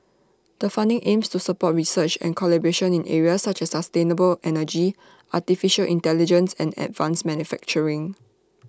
the funding aims to support research and collaboration in areas such as sustainable energy Artificial Intelligence and advanced manufacturing